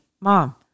Mom